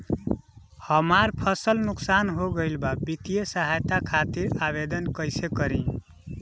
हमार फसल नुकसान हो गईल बा वित्तिय सहायता खातिर आवेदन कइसे करी?